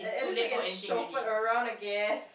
unless I get chauffeured around I guess